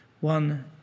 One